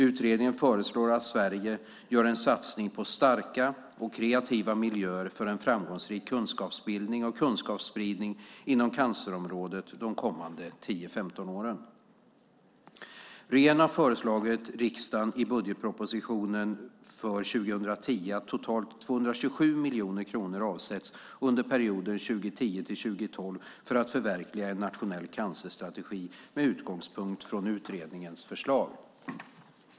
Utredningen föreslår att Sverige gör en satsning på starka och kreativa miljöer för framgångsrik kunskapsbildning och kunskapsspridning inom cancerområdet de kommande 10-15 åren. Regeringen har föreslagit riksdagen i budgetpropositionen för 2010 att totalt 227 miljoner kronor avsätts under perioden 2010-2012 för att förverkliga en nationell cancerstrategi med utgångspunkt från utredningens förslag.